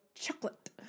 Chocolate